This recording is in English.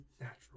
Natural